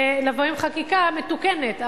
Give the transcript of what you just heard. ונבוא עם חקיקה מתוקנת,